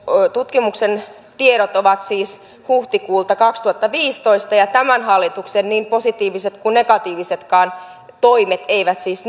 tutkimuksen tiedot ovat siis huhtikuulta kaksituhattaviisitoista ja tämän hallituksen niin positiiviset kuin negatiivisetkaan toimet eivät siis